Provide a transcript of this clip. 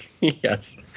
Yes